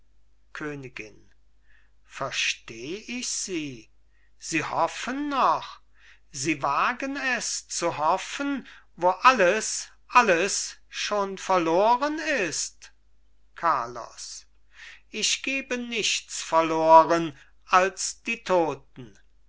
königin versteh ich sie sie hoffen noch sie wagen es zu hoffen wo alles alles schon verloren ist carlos ich gebe nichts verloren als die toten